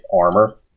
armor